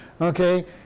Okay